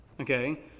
Okay